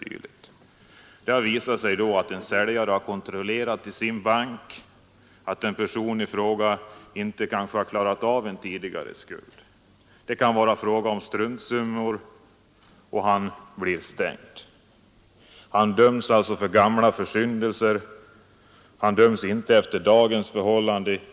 Det har då visat sig, när en säljare kontrollerat med sin bank, att personen i fråga inte klarat av en tidigare skuld. Det kan bara vara fråga om struntsummor, ändå är han stängd. Han bedöms för gamla försyndelser, han bedöms inte efter dagens förhållande.